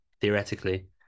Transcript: theoretically